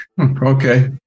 Okay